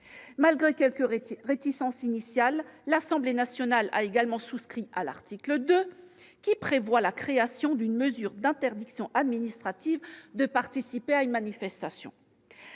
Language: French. Malgré quelques réticences initiales, l'Assemblée nationale a également souscrit à l'article 2, qui prévoit la création d'une mesure d'interdiction administrative de participer à une manifestation.